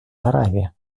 аравия